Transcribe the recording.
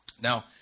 Now